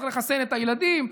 צריך לחסן את הילדים,